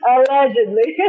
Allegedly